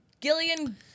Gillian